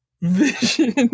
Vision